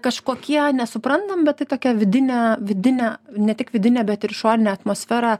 kažkokie nesuprantam bet tai tokia vidine vidine ne tik vidinę bet ir išorinę atmosferą